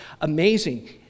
amazing